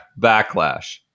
backlash